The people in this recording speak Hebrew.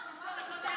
לא תהיה לך עבודה.